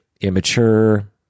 immature